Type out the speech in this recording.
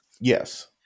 Yes